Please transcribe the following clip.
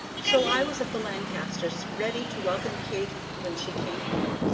so i was at the lancasters' ready to welcome kate when she came home,